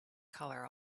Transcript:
color